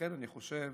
ולכן אני חושב